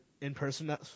in-person